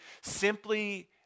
simply